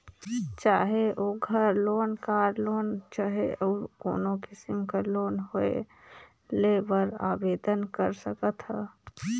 चाहे ओघर loan, car loan चहे अउ कोनो किसिम कर लोन होए लेय बर आबेदन कर सकत ह